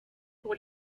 pour